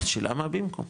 השאלה מה במקום?